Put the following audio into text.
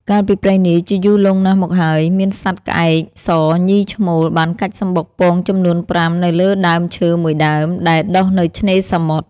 កាលពីព្រេងនាយ ជាយូរលុងណាស់មកហើយ មានសត្វក្អែកសញីឈ្មោល បានកាច់សំបុកពងចំនួន ៥ នៅលើដើមឈើមួយដើម ដែលដុះនៅឆ្នេរសមុទ្រ។